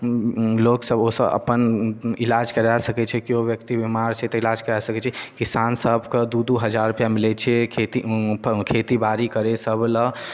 लोक सभ ओ सभ अपन इलाज करा सकै छै केओ व्यक्ति बीमार छै तऽ इलाज करा सकै छै किसान सभके दू दू हजार रुपैआ मिलै छै खेती खेती बाड़ी करय सभ लए